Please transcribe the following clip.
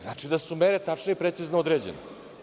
Znači da su mere tačno i precizno određene.